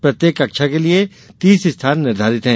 प्रत्येक कक्षा के लिये तीस स्थान निर्धारित है